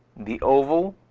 the oval